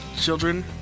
children